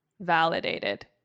validated